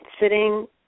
sitting